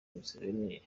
museveni